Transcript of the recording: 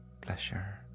pleasure